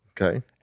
okay